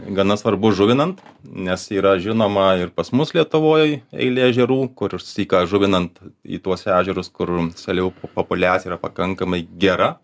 gana svarbu žuvinant nes yra žinoma ir pas mus lietuvoj eilė ežerų kur syką žuvinant į tuos ežerus kur seliavų populiacija yra pakankamai gera